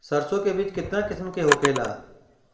सरसो के बिज कितना किस्म के होखे ला?